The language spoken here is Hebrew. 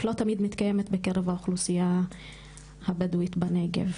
לא תמיד מתקיימת בקרב האוכלוסייה הבדווית בנגב.